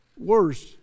worse